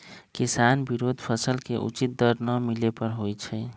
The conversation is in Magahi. किसान विरोध फसल के उचित दर न मिले पर होई छै